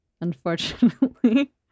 unfortunately